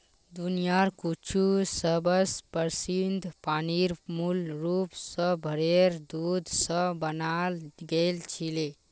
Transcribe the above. दुनियार कुछु सबस प्रसिद्ध पनीर मूल रूप स भेरेर दूध स बनाल गेल छिले